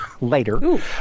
later